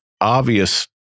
obvious